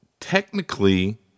Technically